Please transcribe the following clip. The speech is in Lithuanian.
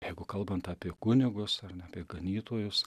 jeigu kalbant apie kunigus ar ne apie ganytojus